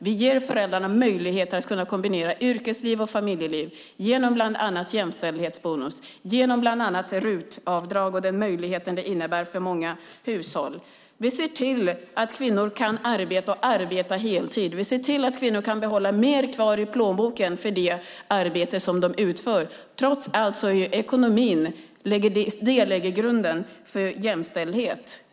Vi ger föräldrarna möjligheter att kunna kombinera yrkesliv och familjeliv bland annat genom jämställdhetsbonusen och genom RUT-avdraget och den möjlighet det innebär för många hushåll. Vi ser till att kvinnor kan arbeta, och arbeta heltid. Vi ser till att kvinnor får mer kvar i plånboken för det arbete de utför. Trots allt är det ekonomin som lägger grunden för jämställdhet.